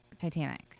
Titanic